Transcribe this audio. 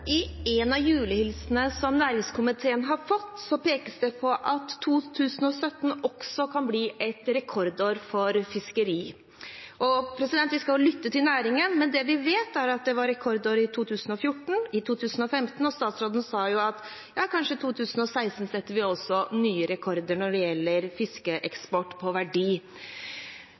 I en av julehilsenene som næringskomiteen har fått, pekes det på at 2017 kan bli et rekordår for fiskeri. Vi skal lytte til næringen, men det vi vet, er at det var rekordår i 2014 og i 2015, og statsråden sa at vi kanskje også i 2016 setter nye rekorder når det gjelder fiskeeksport, målt i verdi.